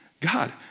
God